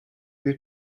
bir